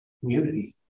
community